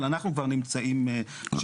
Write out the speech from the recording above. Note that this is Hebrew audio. אבל אנחנו כבר נמצאים שם.